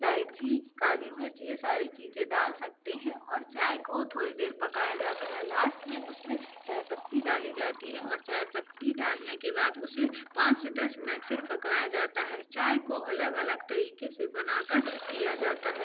इलाईची काली मिर्च ये सारी चीज़ें डाल सकते हैं और चाय को थोड़ी देर पकाया जाता है लास्ट में उसमें चाय पत्ती डाली जाती है और चाय पत्ती डालने के बाद उसे पाँच से दस मिनट फिर पकाया जाता है चाय को अलग अलग तरीके से बना कर पीया जाता है